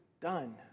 done